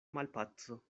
malpaco